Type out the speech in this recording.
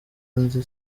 nzi